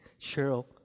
Cheryl